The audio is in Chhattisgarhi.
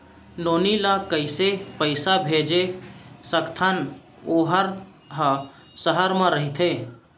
नोनी ल कइसे पइसा भेज सकथव वोकर ह सहर म रइथे?